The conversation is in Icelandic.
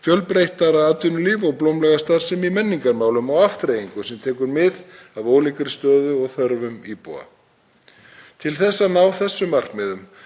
fjölbreyttara atvinnulíf og blómlega starfsemi í menningarmálum og afþreyingu sem tekur mið af ólíkri stöðu og þörfum íbúa. Til að ná þessum markmiðum